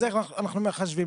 אז איך אנחנו מחשבים?